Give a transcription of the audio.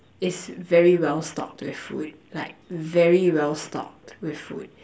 is very well stocked with food like very well stocked with food